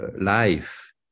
life